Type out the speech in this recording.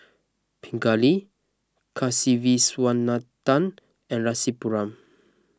Pingali Kasiviswanathan and Rasipuram